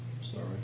Sorry